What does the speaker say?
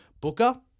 Booker